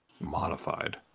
Modified